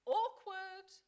awkward